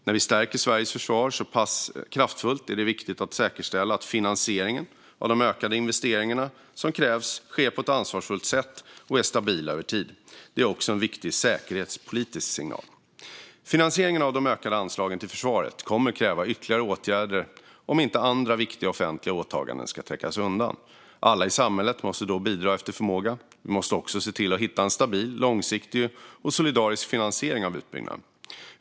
När vi stärker Sveriges försvar så pass kraftfullt är det viktigt att säkerställa att finansieringen av de ökade investeringar som krävs sker på ett ansvarsfullt sätt och är stabil över tid. Detta är också en viktig säkerhetspolitisk signal. Finansieringen av de ökade anslagen till försvaret kommer att kräva ytterligare åtgärder om inte andra viktiga offentliga åtaganden ska trängas undan. Alla i samhället måste då bidra efter förmåga. Vi måste också se till att hitta en stabil, långsiktig och solidarisk finansiering av utbyggnaden.